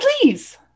please